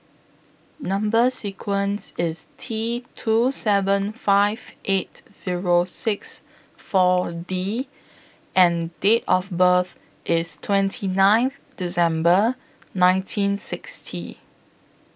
Number sequence IS T two seven five eight Zero six four D and Date of birth IS twenty ninth December nineteen sixty